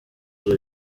kuri